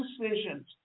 decisions